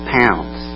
pounds